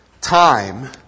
time